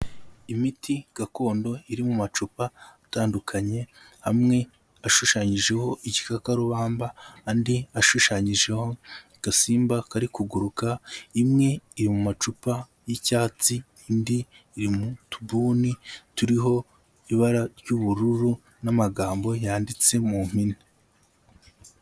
Imiti gakondo iri mu macupa atandukanye, amwe ashushanyijeho igikakarubamba, andi ashushanyijeho agasimba kari kuguruka, imwe iri mu macupa y'icyatsi, indi iri mu tubuni turiho ibara ry'ubururu n'amagambo yanditse mu mpine.